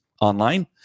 online